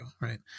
right